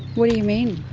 what do you mean?